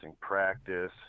practice